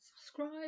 subscribe